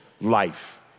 life